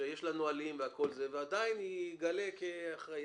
ועדיין הוא יתגלה כאחראי.